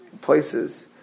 places